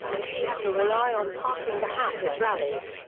and he had to rely on passing the hat at rallies.